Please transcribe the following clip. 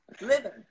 Living